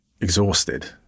exhausted